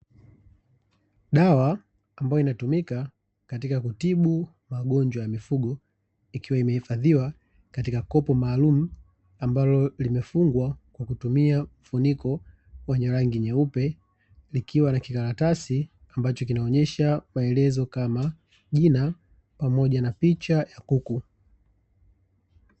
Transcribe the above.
Dawa ambayo inatumika katika kutibu magonjwa ya mifugo, ikiwa imehifadhiwa katika kopo maalumu, ambalo limefungwa kwa kutumia mfuniko wenye rangi nyeupe, likiwa na kikaratasi ambacho kinaonyesha maelezo kama jina, pamoja na picha ya kuku